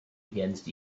against